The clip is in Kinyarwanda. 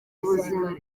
ubuzima